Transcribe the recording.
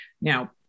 now